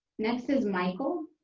next is michael.